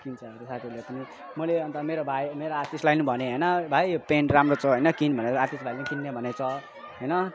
किन्छ अरे साथीहरूले पनि मैले अन्त मेरो भाइ मेरो आशीषलाई भनेँ होइन भाइ यो पेन्ट राम्रो छ होइन किन भनेर आशीष भाइले किन्ने भनेको छ होइन